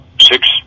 six